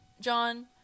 John